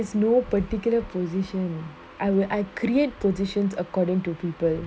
because there's no particular position I would I create positions according to people